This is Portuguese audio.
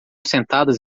sentadas